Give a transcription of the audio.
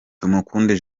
tumukunde